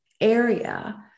area